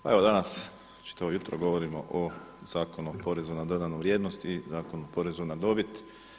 Pa evo danas čitavo jutro govorimo o Zakonu o porezu na dodanu vrijednost i Zakonu o porezu na dobit.